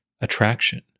Attraction